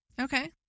Okay